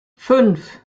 fünf